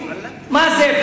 מה זה,